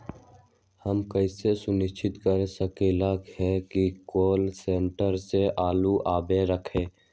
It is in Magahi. हम कैसे सुनिश्चित कर सकली ह कि कोल शटोर से आलू कब रखब?